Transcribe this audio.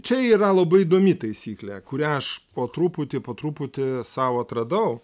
čia yra labai įdomi taisyklė kurią aš po truputį po truputį sau atradau